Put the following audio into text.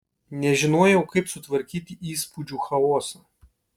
nežinojau kaip sutvarkyti įspūdžių chaosą